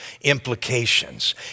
implications